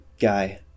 guy